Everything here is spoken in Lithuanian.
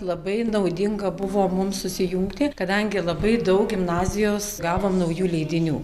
labai naudinga buvo mums susijungti kadangi labai daug gimnazijos gavom naujų leidinių